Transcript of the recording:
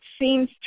seems